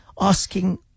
asking